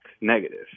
negative